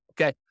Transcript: okay